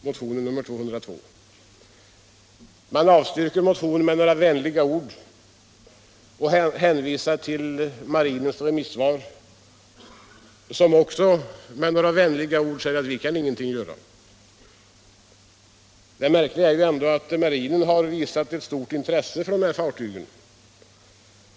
Man avstyrker motionen med några vänliga ord och hänvisar till marinens remissvar, i vilket man också med några vänliga ord säger sig inte kunna göra något. Det märkliga är ändå att marinen har visat ett stort intresse för dessa fartyg.